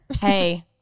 Hey